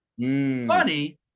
funny